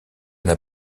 n’a